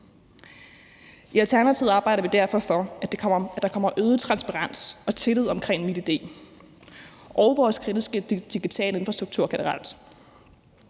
I Alternativet arbejder vi derfor for, at der kommer øget transparens og tillid omkring MitID og vores kritiske digitale infrastruktur generelt.